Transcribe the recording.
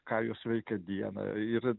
ką jos veikia dieną ir